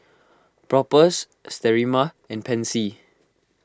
Propass Sterimar and Pansy